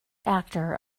actor